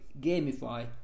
gamify